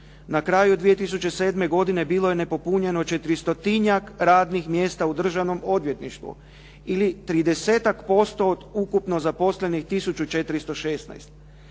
Na kraju 2007. godine bilo je nepopunjeno 400-tinjak radnih mjesta u državnom odvjetništvu ili 30% od ukupno zaposlenih